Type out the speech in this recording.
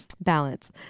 balance